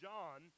John